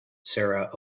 sarah